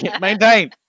Maintain